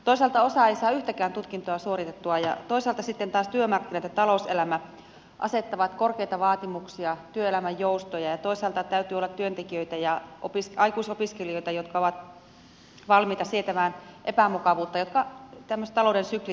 toisaalta osa ei saa yhtäkään tutkintoa suoritettua ja toisaalta sitten taas työmarkkinat ja talouselämä asettavat korkeita vaatimuksia työelämän joustoja ja toisaalta täytyy olla työntekijöitä ja aikuisopiskelijoita jotka ovat valmiita sietämään epämukavuutta jota tämmöiset talouden syklit aiheuttavat